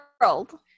World